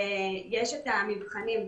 יש את המבחנים,